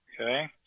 Okay